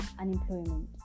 unemployment